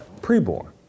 Preborn